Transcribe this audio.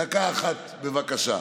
דקה אחת, בבקשה.